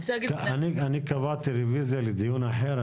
אני קבעתי רביזיה לדיון אחר,